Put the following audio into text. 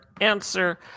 answer